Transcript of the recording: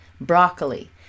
broccoli